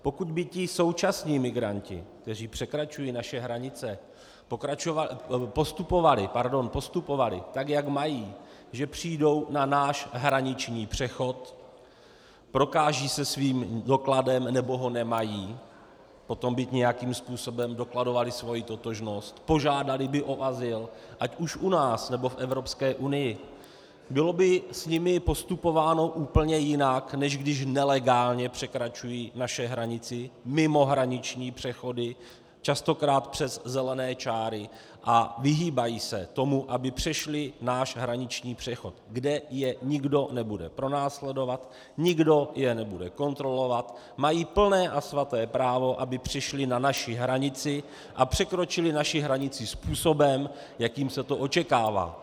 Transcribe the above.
Pokud by ti současní migranti, kteří překračují naše hranice, postupovali tak, jak mají, že přijdou na náš hraniční přechod, prokážou se svým dokladem nebo ho nemají, potom by nějakým způsobem dokladovali svou totožnost, požádali by o azyl ať už u nás, nebo v Evropské unii, bylo by s nimi postupováno úplně jinak, než když nelegálně překračují naši hranici mimo hraniční přechody, častokrát přes zelené čáry, a vyhýbají se tomu, aby přešli náš hraniční přechod, kde je nikdo nebude pronásledovat, nikdo je nebude kontrolovat, mají plné a svaté právo, aby přišli na naši hranici a překročili naši hranici způsobem, jakým se to očekává.